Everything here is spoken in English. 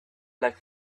like